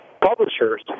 publishers